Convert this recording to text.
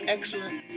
Excellent